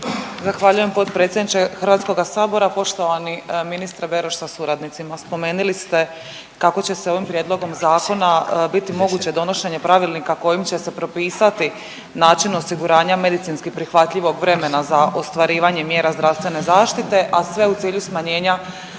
Zahvaljujem potpredsjedniče HS-a. Poštovani ministre Beroš sa suradnicima. Spomenili ste kako će se ovim prijedlogom zakona biti donošenje pravilnika kojim će se propisati način osiguranja medicinski prihvatljivog vremena za ostvarivanje mjera zdravstvene zaštite, a sve u cilju smanjenja